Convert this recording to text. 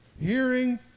Hearing